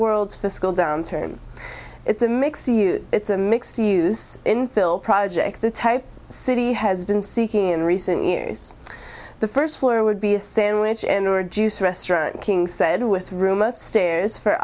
world's fiscal downturn it's a mixed it's a mixed use infill project the type city has been seeking in recent years the first floor would be a sandwich and or juice restaurant king said with room upstairs for